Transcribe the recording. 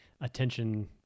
attention